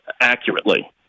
accurately